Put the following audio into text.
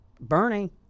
Bernie